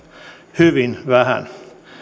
hyvin vähän